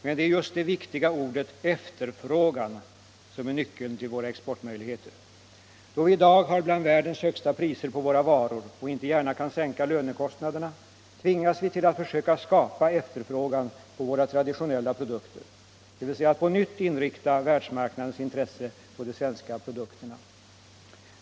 Men det är just det viktiga ordet efterfrågan som är nyckeln till våra exportmöjligheter. Då vi i dag har bland världens högsta priser på våra varor — och inte gärna kan sänka lönekostnaderna — tvingas vi till att försöka skapa efterfrågan på våra traditionella produkter, dvs. att på nytt inrikta världsmarknadens intresse på de svenska produkterna.